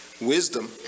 wisdom